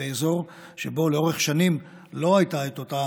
באזור שבו לאורך שנים לא הייתה את אותה